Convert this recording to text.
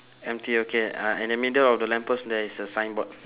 empty okay uh in the middle of the lamp post there is a signboard